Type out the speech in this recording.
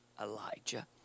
Elijah